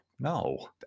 No